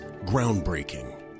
Groundbreaking